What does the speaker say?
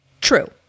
True